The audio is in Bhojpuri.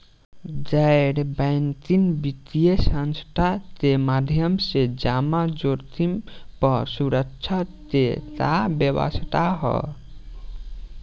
गैर बैंकिंग वित्तीय संस्था के माध्यम से जमा जोखिम पर सुरक्षा के का व्यवस्था ह?